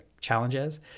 challenges